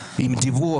בלי לעשות דיון אמיתי.